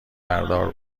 بردار